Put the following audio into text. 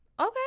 Okay